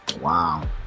Wow